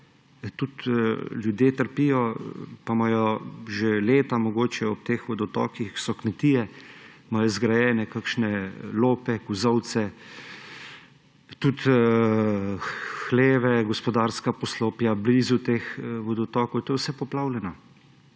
Tudi ljudje trpijo, pa so že leta ob teh vodotokih kmetije, imajo zgrajene kakšne lope, kozolce, tudi hleve, gospodarska poslopja blizu teh vodotokov, to je vse poplavljeno.